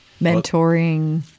mentoring